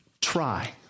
try